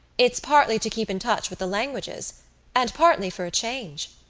it's partly to keep in touch with the languages and partly for a change.